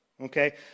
okay